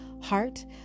heart